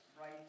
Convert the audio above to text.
right